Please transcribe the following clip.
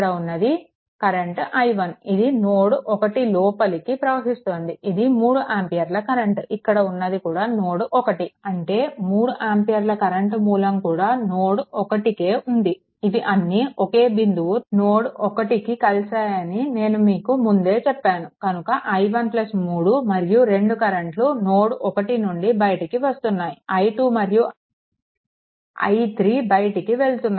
ఇక్కడ ఉన్న current i1 ఇది నోడ్1 లోపలికి ప్రవహిస్తోంది ఇది 3 ఆంపియర్ల కరెంట్ ఇక్కడ ఉన్నది కూడా నోడ్1 అంటే 3 ఆంపియర్ల కరెంట్ మూలం కూడా నోడ్1కే ఉంది ఇవి అన్నీ ఒకే బిందువు నోడ్1కు కలిసాయని నేను మీకు ముందే చెప్పాను కనుక i1 3 మరియు రెండు కరెంట్లు నోడ్1 నుండి బయటికి వస్తున్నాయి i2 మరియు i3 బయటికి వెళ్తున్నాయి